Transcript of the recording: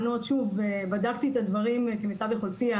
בדקתי את הדברים כמיטב יכולתי.